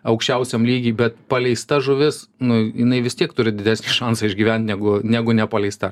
aukščiausiam lygy bet paleista žuvis nu jinai vis tiek turi didesnį šansą išgyvent negu negu nepaleista